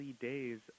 days